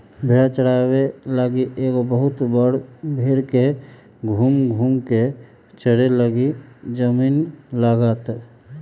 भेड़ा चाराबे लागी एगो बहुत बड़ भेड़ के घुम घुम् कें चरे लागी जमिन्न लागत